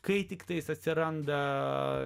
kai tiktai jis atsiranda